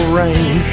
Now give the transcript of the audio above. rain